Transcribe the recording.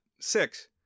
Six